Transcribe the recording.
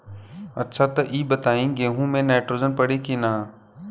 अच्छा त ई बताईं गेहूँ मे नाइट्रोजन पड़ी कि ना?